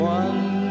one